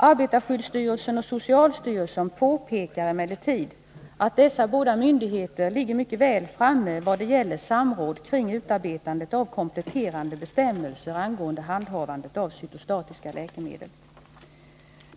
Arbetarskyddsstyrelsen och socialstyrelsen påpekar emellertid att dessa båda myndigheter ligger mycket väl framme vad gäller samråd kring utarbetandet av kompletterande bestämmelser om handhavandet av cytostatiska läkemedel.